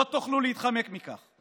לא תוכלו להתחמק מכך.